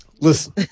Listen